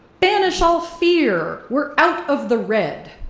banish all fear, we're out of the red,